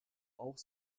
auch